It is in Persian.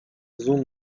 زوم